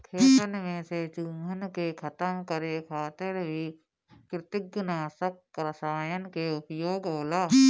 खेतन में से चूहन के खतम करे खातिर भी कृतंकनाशक रसायन के उपयोग होला